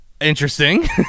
Interesting